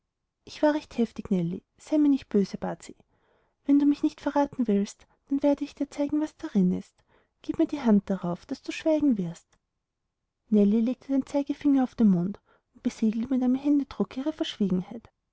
ich war recht heftig nellie sei mir nicht böse bat sie wenn du mich nicht verraten willst dann werde ich dir zeigen was darin ist aber gieb mir die hand darauf daß du schweigen wirst nellie legte den zeigefinger auf den mund und besiegelte mit einem händedrucke ihre verschwiegenheit